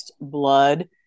blood